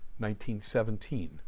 1917